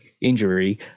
injury